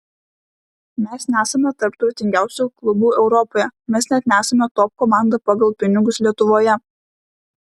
mes nesame tarp turtingiausių klubų europoje mes net nesame top komanda pagal pinigus lietuvoje